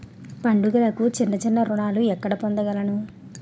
పండుగలకు చిన్న చిన్న రుణాలు ఎక్కడ పొందగలను?